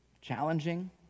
challenging